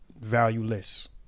valueless